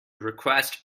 request